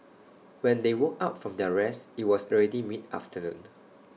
when they woke up from their rest IT was already mid afternoon